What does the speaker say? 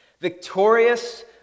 victorious